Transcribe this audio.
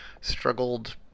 struggled